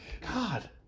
God